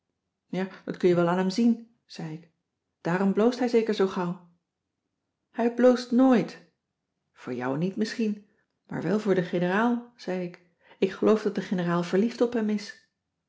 ja dat kun je wel aan hem zien zei ik daarom bloost hij zeker zoo gauw hij bloost nooit voor jou niet misschien maar wel voor de generaal zei ik ik geloof dat de generaal verliefd op hem is